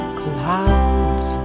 clouds